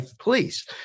please